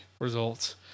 results